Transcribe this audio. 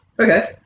okay